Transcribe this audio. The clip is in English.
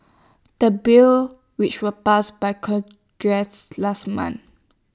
the bill which was passed by congress last month